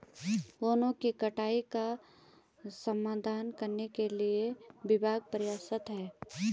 वनों की कटाई का समाधान करने के लिए विभाग प्रयासरत है